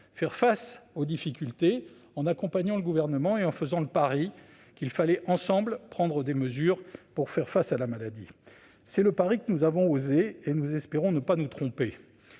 faire face aux difficultés, en accompagnant le Gouvernement et en faisant le pari qu'il fallait, ensemble, prendre des mesures pour faire face à la maladie. C'est un pari osé, et nous espérons ne pas nous être